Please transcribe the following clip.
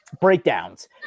Breakdowns